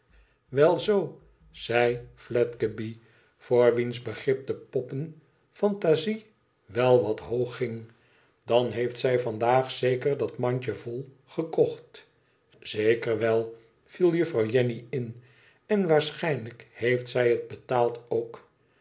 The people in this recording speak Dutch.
iwel zoo zei fledgeby voor wiens begrip die poppenfantade wel wat hoog ging dan heeft zij vandaag zeker dat mandje vol gekocht zeker wel viel juffrouw jenny in len waarschijnlijk heeft zij hetbetaaldookl laat mij